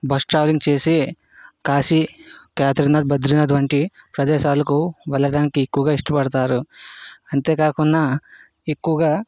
bus travelling చేసి కాశి కేదరినాథ్ బద్రీనాథ్ వంటి ప్రదేశాలకు వెళ్ళడానికి ఎక్కువగా ఇష్టపడతారు అంతేకాకుండా ఎక్కువగా